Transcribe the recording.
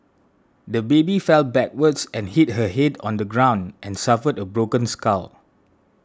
the baby fell backwards and hit her head on the ground and suffered a broken skull